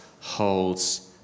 holds